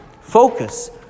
focus